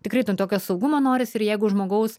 tikrai ten tokio saugumo norisi ir jeigu žmogaus